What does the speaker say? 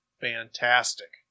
fantastic